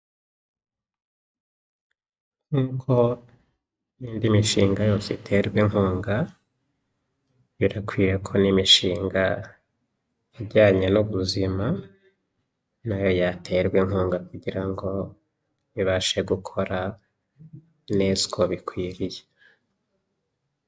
Nk'uko n'indi mishinga yose iterwa inkunga, birakwiye ko n'imishinga ijyanye n'ubuzima, na yo yaterwa inkunga kugira ngo ibashe gukora neza uko bikwiriye.